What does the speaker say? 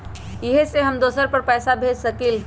इ सेऐ हम दुसर पर पैसा भेज सकील?